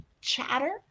Chatter